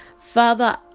Father